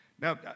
Now